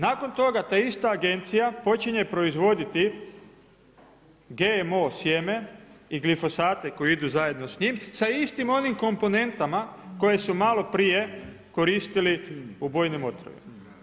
Nakon toga ta ista agencija počinje proizvoditi GMO sjeme i glifosate koji idu zajedno s njim sa istim onim komponentama koje su maloprije koristili u bojnim otrovima.